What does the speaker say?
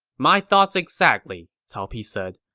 my thoughts exactly, cao pi said,